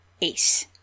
ace